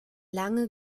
lange